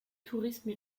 tourisme